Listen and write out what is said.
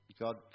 God